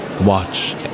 watch